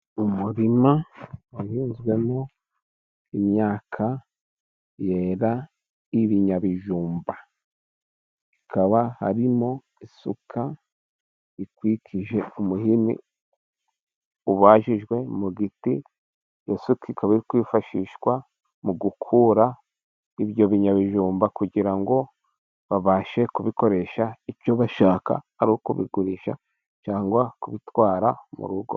Umurima wahinzwemo imyaka yera ibinyabijumba. Hakaba harimo isuka ikwikije umuhini ubajijwe mu giti, ya suka ikaba iri kwifashishwa mu gukura ibyo binyabijumba kugira ngo babashe kubikoresha icyo bashaka. Ari ukubigurisha, cyangwa kubitwara mu rugo.